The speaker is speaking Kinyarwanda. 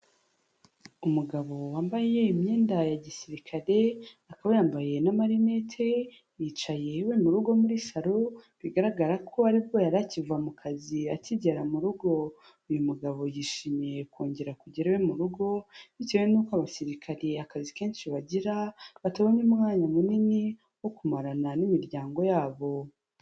Umugabo wambaye imyenda ya gisirikare, akaba yambaye na amarinete, yicaye iwe mu rugo muri salo, bigaragara ko aribwo yari akiva mu kazi akigera mu rugo. Uyu mugabo yishimiye kongera kugera iwe mu rugo, bitewe n'uko abasirikare akazi kenshi bagira batabona umwanya munini wo kumarana n'imiryango yabo.